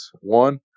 One